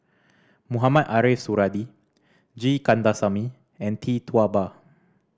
Mohamed Ariff Suradi G Kandasamy and Tee Tua Ba